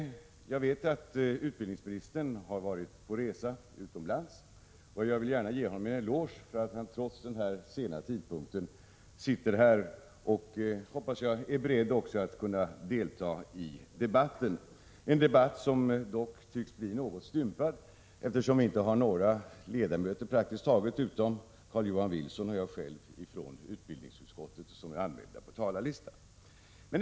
Jag vet att utbildningsministern har varit på resa utomlands, och jag vill gärna ge honom en eloge för att han, trots den sena tidpunkten, sitter här och, hoppas jag, är beredd att delta i debatten. Debatten tycks dock bli något stympad, eftersom praktiskt taget inga andra ledamöter från utbildningsutskottet än Carl-Johan Wilson och jag själv är anmälda på talarlistan.